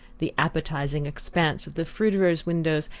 the appetizing expanse of the fruiterers' windows,